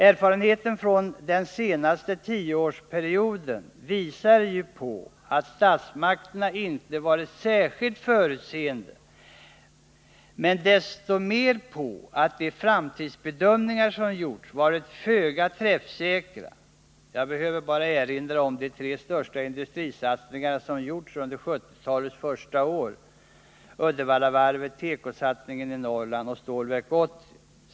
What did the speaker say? Erfarenheten från den senaste tioårsperioden visar inte på att statsmakterna varit särskilt förutseende, men desto tydligare att de framtidsbedömningar som gjorts varit föga träffsäkra. Jag behöver bara erinra om de tre största industrisatsningarna som gjordes under 1970-talets första år: Uddevallavarvet, tekosatsningen i Norrland och Stålverk 80.